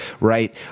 right